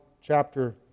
chapter